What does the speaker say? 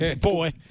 boy